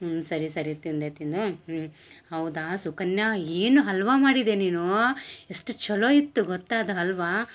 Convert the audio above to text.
ಹ್ಞೂ ಸರಿ ಸರಿ ತಿಂದೆ ತಿನ್ನು ಹ್ಞೂ ಹೌದಾ ಸುಕನ್ಯಾ ಏನು ಹಲ್ವ ಮಾಡಿದೆ ನೀನು ಎಷ್ಟು ಚಲೋ ಇತ್ತು ಗೊತ್ತಾ ಅದು ಹಲ್ವಾ